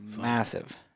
Massive